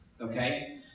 okay